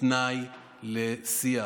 כתנאי לשיח.